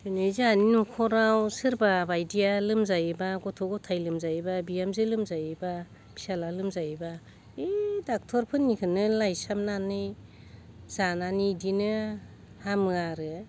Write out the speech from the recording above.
बिदिनो जोंहानि नखराव सोरबा बायदिया गथ' गथाय लोमजायोबा बिहाजों लोमजायोबा फिसाला लोमजायोबा ओइ डाॅक्टरफोरनिखौनो लायसाबनानै जानानै इदिनो हामो आरो